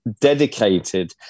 dedicated